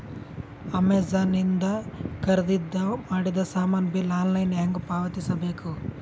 Amazon ಇಂದ ಖರೀದಿದ ಮಾಡಿದ ಸಾಮಾನ ಬಿಲ್ ಆನ್ಲೈನ್ ಹೆಂಗ್ ಪಾವತಿಸ ಬೇಕು?